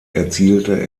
erzielte